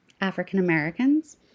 African-Americans